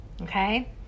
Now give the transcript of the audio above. okay